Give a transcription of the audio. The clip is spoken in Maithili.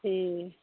ठीक